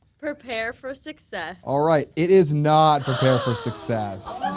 prepare for success. alright it is not prepare for success.